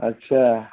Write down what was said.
अच्छा